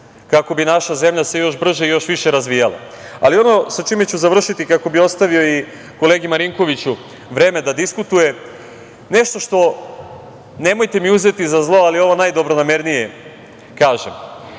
kako bi naša zemlja se još brže i još više razvijala. Ono čime ću završiti, kako bi ostavio i kolegi Marinkoviću vreme da diskutuje, nešto što, nemojte mi uzeti za zlo, ali ovo najdobronamernije kažem.